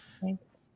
Thanks